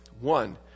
One